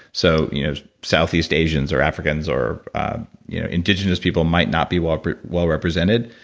so you know southeast asians or africans or indigenous people might not be well well represented.